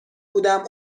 بودم